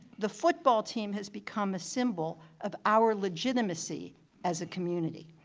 the football team has become a symbol of our legitimacy as a community.